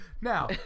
Now